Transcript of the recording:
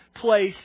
place